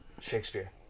Shakespeare